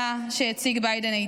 היטב את ההצעה שהציג ביידן,